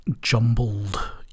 jumbled